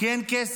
כי אין כסף.